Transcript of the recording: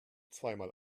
zweimal